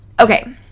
okay